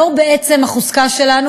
זה בעצם החוזק שלנו.